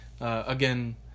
again